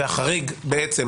בפועל,